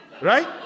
right